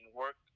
work